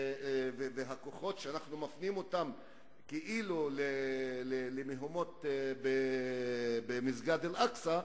והכוחות שאנחנו מפנים כאילו למהומות במסגד אל-אקצא,